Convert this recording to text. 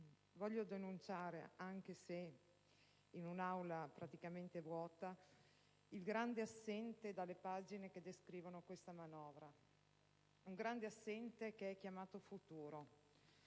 voglio denunciare, anche se in un'Aula praticamente vuota, il grande assente dalle pagine che descrivono questa manovra: un grande assente chiamato futuro.